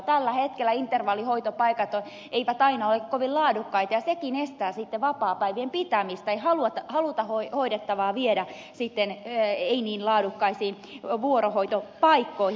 tällä hetkellä intervallihoitopaikat eivät aina ole kovin laadukkaita ja sekin estää sitten vapaapäivien pitämistä ei haluta hoidettavaa viedä ei niin laadukkaisiin vuorohoitopaikkoihin